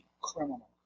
criminal